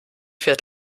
fährt